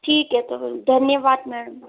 ठीक है तो फिर धन्यवाद मैडम